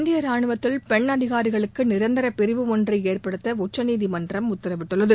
இந்திய ராணுவத்தில் பெண் அதிகாரிகளுக்கு நிரந்தர பிரிவு ஒன்றை ஏற்படுத்த உச்சநீதிமன்றம் உத்தரவிட்டுள்ளது